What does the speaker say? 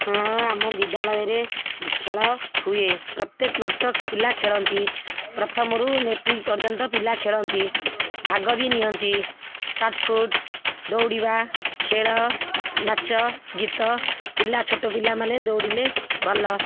ହଁ ଆମ ବିଦ୍ୟାଳୟରେ ଖେଳ ହୁଏ ପ୍ରତ୍ୟେକ ବର୍ଷ ପିଲା ଖେଳନ୍ତି ପ୍ରଥମରୁ ମେଟ୍ରିକ୍ ପର୍ଯ୍ୟନ୍ତ ପିଲା ଖେଳନ୍ତି ଭାଗ ବି ନିଅନ୍ତି ସଟ୍ ପୁଟ୍ ଦୌଡ଼ିବା ଖେଳ ନାଚ ଗୀତ ପିଲା ଛୋଟ ପିଲାମାନେ ଦୌଡ଼ିଲେ ଭଲ